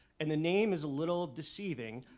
and the name is a little deceiving.